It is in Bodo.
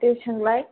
दे सोंलाय